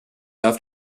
off